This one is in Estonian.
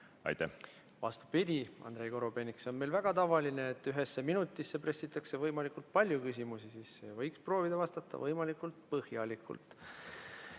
Vastupidi, Andrei Korobeinik, see on meil väga tavaline, et ühesse minutisse pressitakse võimalikult palju küsimusi. Võiks proovida vastata võimalikult põhjalikult.